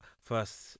first